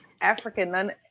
African